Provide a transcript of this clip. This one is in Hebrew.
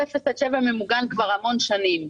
כל 0 עד 7 ממוגן כבר המון שנים.